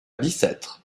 bicêtre